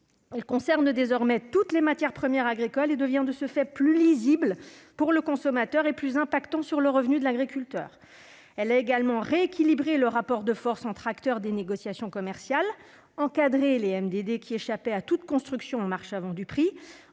concerne désormais toutes les matières premières agricoles et devient de ce fait plus lisible pour le consommateur et plus impactant sur le revenu de l'agriculteur. La commission a également rééquilibré le rapport de force entre acteurs des négociations commerciales, encadré les MDD qui échappaient à toute « construction en marche avant du prix